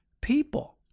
people